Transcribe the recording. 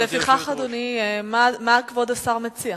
ולפיכך, אדוני, מה כבוד השר מציע,